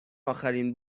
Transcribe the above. آخرین